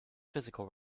physical